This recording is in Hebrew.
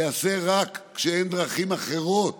ייעשה רק כשאין דרכים אחרות